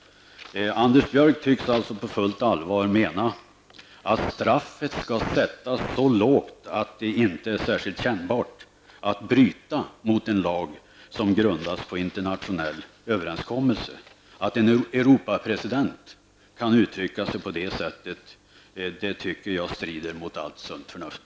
Anders Björck tycks således på fullt allvar mena att straffet skall sättas så lågt att det inte är särskilt kännbart att bryta mot en lag som grundas på internationell överenskommelse. Att en Europarådspresident kan uttrycka sig på det sättet tycker jag strider mot allt sunt förnuft.